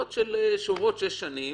כשעוברות שש שנים